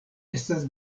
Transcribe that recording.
estas